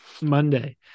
Monday